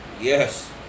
Yes